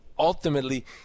Ultimately